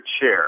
chair